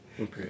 Okay